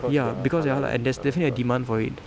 ya because they're halal and there's definitely a demand for it